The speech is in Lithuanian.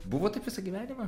buvo taip visą gyvenimą